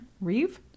Reeve